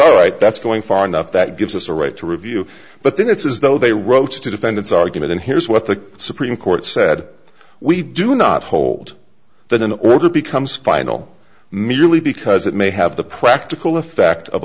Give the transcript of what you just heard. all right that's going far enough that gives us a right to review but then it's as though they wrote it to defend its argument and here's what the supreme court said we do not hold that in order becomes final merely because it may have the practical effect of